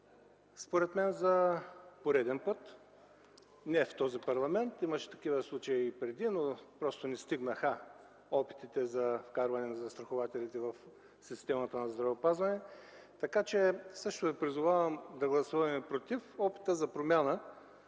Според мен за пореден път, не само в този парламент, имаше такива случаи и преди, но просто не стигнаха до тук опитите за вкарване на застрахователите в системата на здравеопазването. Призовавам ви да гласуваме против опита за промяна